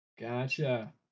Gotcha